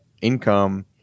income